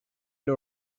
ile